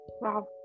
Wow